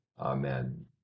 Amen